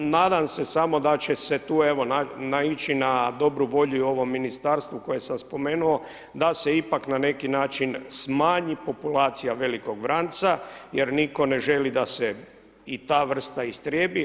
Nadam se, samo da će se tu naići na dobru volju u ovom Ministarstvu, koje sam spomenuo, da se ipak na neki način smanji populacija velikog vranca jer nitko ne želi da se i ta vrsta istrijebi.